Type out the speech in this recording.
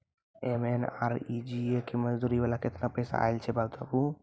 MNREGA के मज़दूरी वाला केतना पैसा आयल छै बताबू?